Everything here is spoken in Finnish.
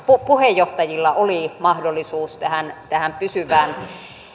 puheenjohtajilla oli mahdollisuus tähän tähän pysyvään